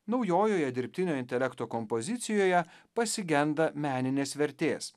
naujojoje dirbtinio intelekto kompozicijoje pasigenda meninės vertės